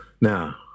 Now